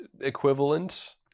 equivalent